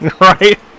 right